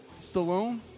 Stallone